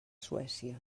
suècia